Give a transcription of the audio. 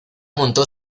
montó